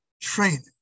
training